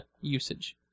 usage